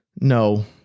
No